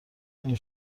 این